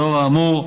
לאור האמור,